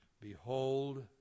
Behold